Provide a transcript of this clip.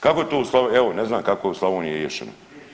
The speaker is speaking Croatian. Kako je to, evo ne znam kako je Slavoniji riješeno.